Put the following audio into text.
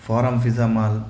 form Fiza mall